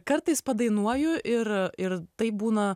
kartais padainuoju ir ir taip būna